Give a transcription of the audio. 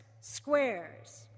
squares